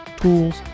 tools